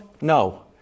no